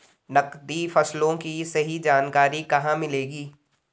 नकदी फसलों की सही जानकारी कहाँ मिलेगी?